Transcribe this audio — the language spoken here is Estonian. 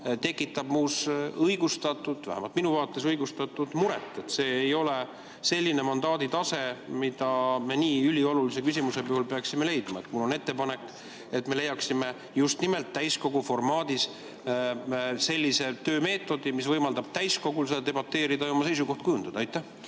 tekitab minus õigustatud – vähemalt minu vaates õigustatud – muret, et see ei ole selline mandaadi tase, mida me nii üliolulise küsimuse puhul peaksime leidma. Mul on ettepanek, et me leiaksime just nimelt täiskogu formaadis sellise töömeetodi, mis võimaldab täiskogul seda debateerida ja oma seisukoht kujundada. Ei.